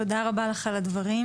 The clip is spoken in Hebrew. תודה רבה לך על הדברים.